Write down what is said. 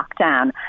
lockdown